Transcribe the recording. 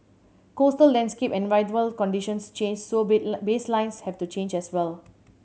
coastal landscape and environmental conditions change so baselines have to change as well